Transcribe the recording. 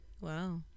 wow